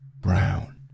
Brown